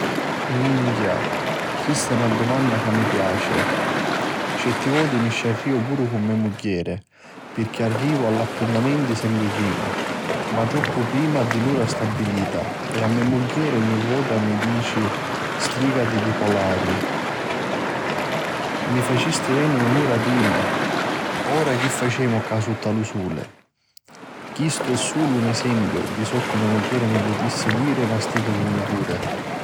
Minchia! Chista è na dumanna chi mi piaci. Certi voti mi sciarriu puru cu me mugghieri pirchì arrivu a l'appuntamenti sempri prima, ma troppu prima di l'ura stabilita e me mugghieri ogni vota mi dici stricati di palori: "mi facisti veniri na ura prima, ora chi facemu cca sutta lu suli". Chistu è sulu un esempiu di soccu me mugghieri mi putissi diri nta sti cugninturi.